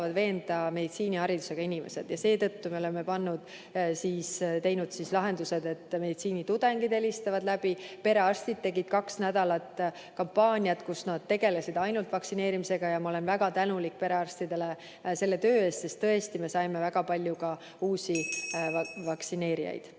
meditsiiniharidusega inimesed. Seetõttu me oleme leidnud lahendused, et meditsiinitudengid helistavad inimesi läbi, perearstid tegid kaks nädalat kampaaniat, kus nad tegelesid ainult vaktsineerimisega. Ma olen väga tänulik perearstidele selle töö eest, sest tõesti me saime väga palju uusi vaktsineerituid